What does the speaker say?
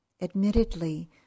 Admittedly